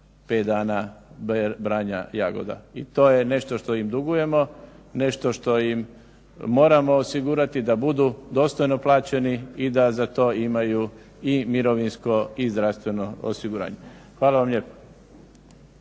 5 dana branja jagoda. I to je nešto što im dugujemo, nešto što im moramo osigurati da budu dostojno plaćeni i da za to imaju i mirovinsko i zdravstveno osiguranje. Hvala vam lijepa.